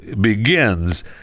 begins